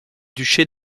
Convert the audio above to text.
duché